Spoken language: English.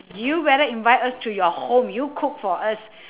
you better invite us to your home you cook for us